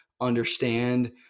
understand